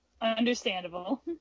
Understandable